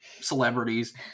celebrities